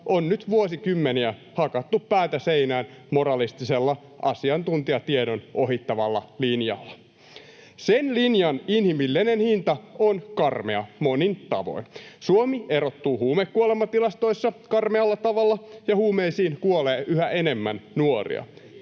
on nyt vuosikymmeniä hakattu päätä seinään moralistisella, asiantuntijatiedon ohittavalla linjalla. [Perussuomalaisten ryhmästä: Ohhoh!] Sen linjan inhimillinen hinta on karmea, monin tavoin. Suomi erottuu huumekuolematilastoissa karmealla tavalla, ja huumeisiin kuolee yhä enemmän nuoria.